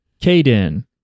Caden